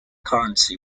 currency